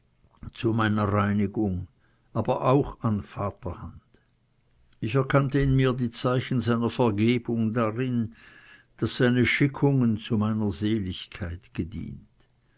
zu meiner reinigung aber auch an vaterhand ich erkannte in mir die zeichen seiner vergebung darin daß seine schickungen zu meiner seligkeit gedient